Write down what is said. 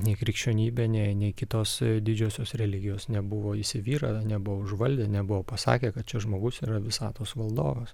nei krikščionybė nei nei kitos didžiosios religijos nebuvo įsivyravę nebuvo užvaldę nebuvo pasakę kad čia žmogus yra visatos valdovas